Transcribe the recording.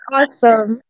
Awesome